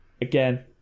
again